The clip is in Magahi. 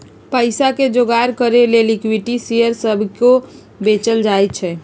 पईसा के जोगार करे के लेल इक्विटी शेयर सभके को बेचल जाइ छइ